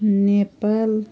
Nepal